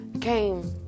came